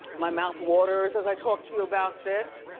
my mouth waters as i talk to you about this.